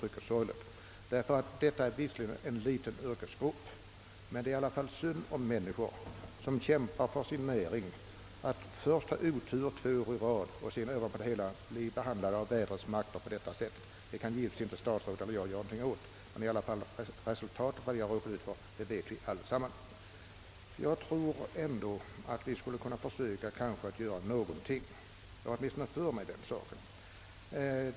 Visserligen gäller det här bara en liten yrkesgrupp, men det är synd om dessa människor som kämpar för sin näring. Först har de haft otur två år i rad, och sedan har de blivit utsatta för vädrets makter på detta sätt. Självfallet kan inte vare sig statsrådet eller jag göra något åt den saken, men vi vet alla vad resultatet har blivit. Skulle vi ändå inte kunna försöka att göra någonting i detta fall?